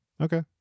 Okay